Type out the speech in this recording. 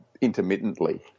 intermittently